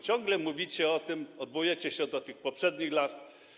Ciągle mówicie o tym, odwołujecie się do tych poprzednich lat.